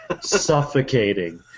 suffocating